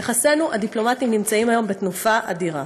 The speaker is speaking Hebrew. יחסינו הדיפלומטיים נמצאים היום בתנופה אדירה.